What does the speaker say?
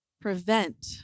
prevent